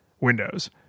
Windows